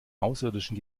außerirdischen